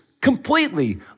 Completely